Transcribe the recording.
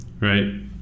right